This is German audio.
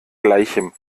gleichem